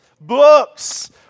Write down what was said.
books